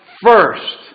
first